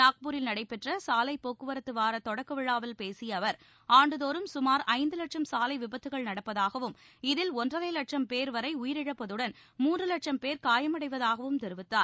நாக்பூரில் நடைபெற்ற சாலைப் போக்குவரத்து வார தொடக்க விழாவில் பேசிய அவர் ஆண்டுதோறும் சுமார் ஐந்து லட்சம் சாலை விபத்துக்கள் நடப்பதாகவும் இதில் ஒன்றரை லட்சம் பேர் வரை உயிரிழப்பதுடன் மூன்று லட்சம் பேர் காயமடைவதாகவும் தெரிவித்தார்